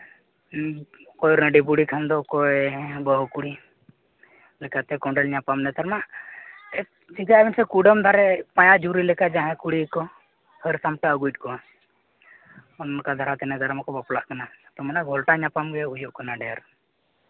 ᱚᱠᱚᱭ ᱨᱟᱺᱰᱤ ᱵᱩᱲᱦᱤ ᱠᱷᱟᱱ ᱫᱚ ᱚᱠᱚᱭ ᱵᱟᱹᱦᱩ ᱠᱩᱲᱤ ᱞᱮᱠᱟᱛᱮ ᱠᱳᱸᱰᱮᱞ ᱧᱟᱯᱟᱢ ᱱᱮᱛᱟᱨ ᱢᱟ ᱪᱤᱠᱟᱹᱭᱟᱢ ᱥᱮ ᱠᱩᱰᱟᱹᱢ ᱫᱷᱟᱨᱮ ᱯᱟᱸᱡᱟ ᱡᱷᱩᱨᱤ ᱞᱮᱠᱟ ᱠᱚ ᱦᱟᱹᱨ ᱥᱟᱢᱴᱟᱣ ᱟᱹᱜᱩᱭᱮᱫ ᱠᱚᱣᱟ ᱚᱱᱠᱟ ᱫᱷᱟᱨᱟᱛᱮ ᱱᱮᱛᱟᱨ ᱢᱟᱠᱚ ᱵᱟᱯᱞᱟᱜ ᱠᱟᱱᱟ ᱟᱫᱚ ᱢᱟᱱᱮ ᱜᱷᱚᱴᱷᱟ ᱧᱟᱯᱟᱢ ᱜᱮ ᱦᱩᱭᱩᱜ ᱠᱟᱱᱟ ᱰᱷᱮᱨ